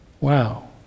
wow